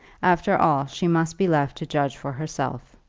after all she must be left to judge for herself.